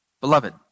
Beloved